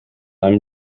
einem